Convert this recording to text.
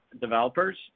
developers